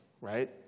right